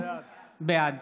בעד